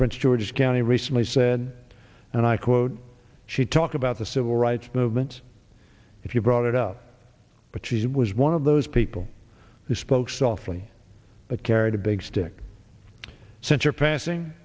prince george's county recently said and i quote she talked about the civil rights movement if you brought it up but she was one of those people who spoke softly but carried a big stick center passing